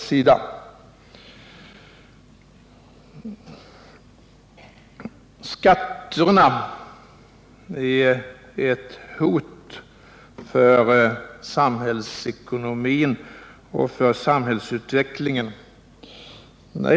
Jag vill vidare inte formulera mig så att skatterna skulle vara ett hot för samhällsekonomin och för samhällsutvecklingen.